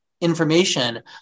information